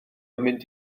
mynd